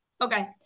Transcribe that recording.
Okay